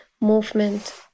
movement